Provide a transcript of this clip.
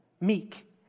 meek